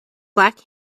black